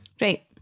Right